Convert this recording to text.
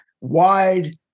wide